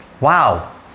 wow